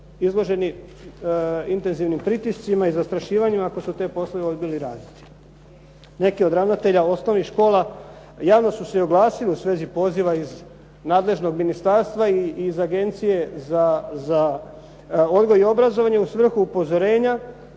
izloženi intenzivnim pritiscima i zastrašivanju ako su te poslove odbili raditi. Neki od ravnatelja osnovnih škola javno su se i oglasili u svezi poziva iz nadležnog ministarstva i iz agencije za odgoj i obrazovanje u svrhu upozorenja